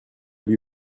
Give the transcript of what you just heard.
lui